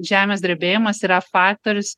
žemės drebėjimas yra faktorius